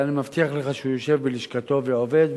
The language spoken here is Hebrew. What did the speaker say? אני מבטיח לך שהוא יושב בלשכתו ועובד,